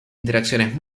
interacciones